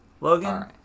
Logan